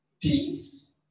peace